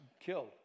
killed